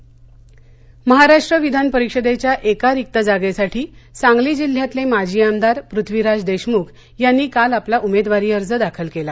विधान परिषद महाराष्ट्र विधान परिषदेच्या एका रिक्त जागेसाठी सांगली जिल्ह्यातले माजी आमदार पृथ्वीराज देशमुख यांनी काल आपला उमेदवारी अर्ज दाखल केला